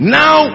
now